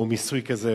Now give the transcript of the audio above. או מיסוי כזה